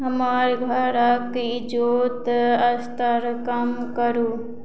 हमर घरक इजोत स्तर कम करू